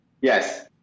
Yes